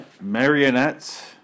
Marionettes